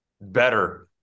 better